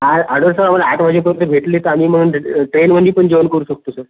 आ आडरसावरून आठ वाजेपर्यंत भेटले तर आम्ही मग ट्रेनमध्ये पण जेवण करू शकतो सर